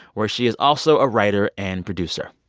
where she is also a writer and producer.